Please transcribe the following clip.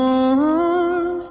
on